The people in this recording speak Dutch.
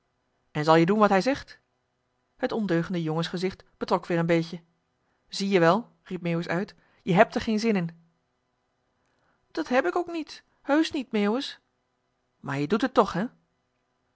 en zal je doen wat hij zegt t ondeugende jongensgezicht betrok weer een beetje zie-je wel riep meeuwis uit je hèbt er geen zin in dat heb ik ook niet heusch niet meeuwis maar je dét het toch hè